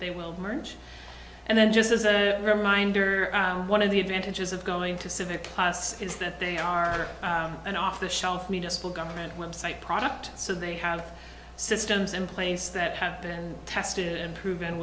they will merge and then just as a reminder one of the advantages of going to civic class is that they are an off the shelf municipal government website product so they have systems in place that have been tested and proven